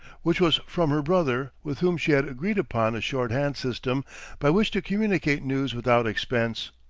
which was from her brother, with whom she had agreed upon a short-hand system by which to communicate news without expense.